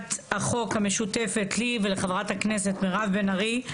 בהצעת החוק המשותפת לי ולחברת הכנסת מירב בן ארי.